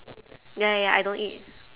ya ya ya I don't eat